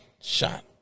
shot